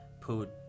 put